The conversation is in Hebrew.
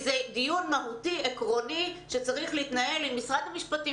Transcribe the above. זה דיון מהותי ועקרוני שצריך להתנהל עם משרד המשפטים,